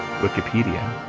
Wikipedia